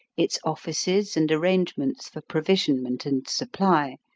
its offices and arrangements for provisionment and supply,